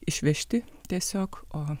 išvežti tiesiog o